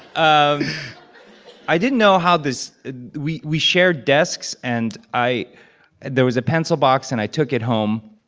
um i didn't know how this we we shared desks. and i there was a pencil box, and i took it home.